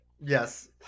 Yes